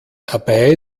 dabei